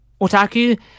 otaku